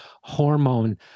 hormone